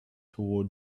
toward